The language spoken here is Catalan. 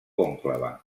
conclave